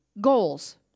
goals